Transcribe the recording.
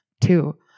Two